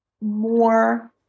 more